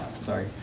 Sorry